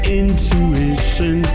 intuition